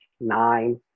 nine